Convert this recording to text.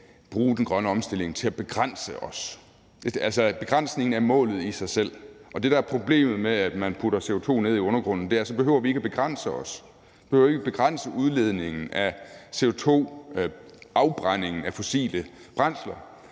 bruge den grønne omstilling til at begrænse os – altså, begrænsningen er målet i sig selv. Det, der er problemet ved, at man putter CO2 ned i undergrunden, er, at vi så ikke behøver at begrænse os; vi behøver ikke at begrænse udledningen af CO2, altså afbrændingen af fossile brændsler,